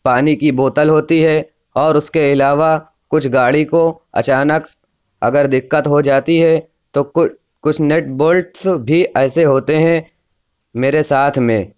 پانی کی بوتل ہوتی ہے اور اس کے علاوہ کچھ گاڑی کو اچانک اگر دقت ہو جاتی ہے تو کوئے کچھ نیٹس بولٹس بھی ایسے ہوتے ہیں میرے ساتھ میں